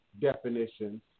definitions